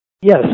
Yes